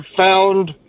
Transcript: found